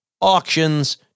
auctions